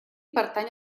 pertany